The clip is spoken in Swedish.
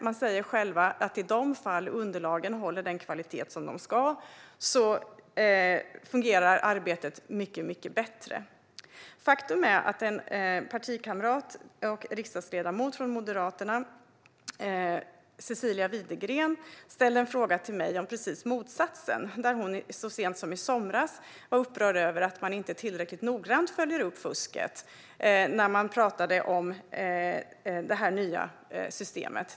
Man säger själva att i de fall underlagen håller den kvalitet som de ska fungerar arbetet mycket bättre. Faktum är att en partikamrat och riksdagsledamot från Moderaterna, Cecilia Widegren, ställde en fråga till mig om precis motsatsen. Så sent som i somras var hon upprörd över att man inte tillräckligt noggrant följer upp fusket i det nya systemet.